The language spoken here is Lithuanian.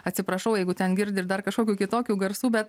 atsiprašau jeigu ten girdi ir dar kažkokių kitokių garsų bet